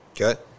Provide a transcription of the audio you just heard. Okay